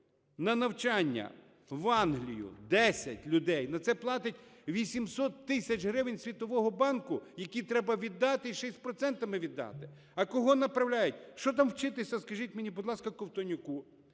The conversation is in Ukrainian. на навчання в Англію, десять людей, на це платить 800 тисяч гривень Світового банку, які треба віддати, ще і з процентами віддати. А кого направляють? Що там вчитися, скажіть мені, будь ласка, Ковтонюку,